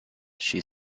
she